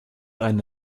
einen